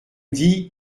dis